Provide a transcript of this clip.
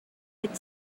had